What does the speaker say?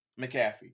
McAfee